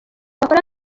bakora